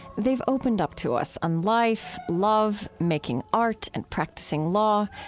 they've opened up to us on life, love, making art, and practicing law,